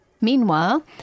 Meanwhile